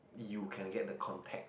you can get the contact